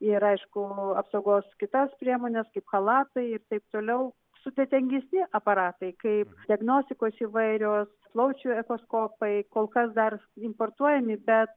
ir aišku apsaugos kitas priemones kaip chalatai ir taip toliau sudėtingesni aparatai kaip diagnostikos įvairios plaučių echoskopai kol kas dar importuojami bet